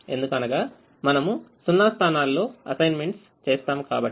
ఎందుకనగా మనము 0 స్థానాల్లో అసైన్మెంట్స్ చేస్తాము కాబట్టి